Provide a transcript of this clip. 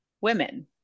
women